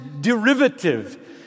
derivative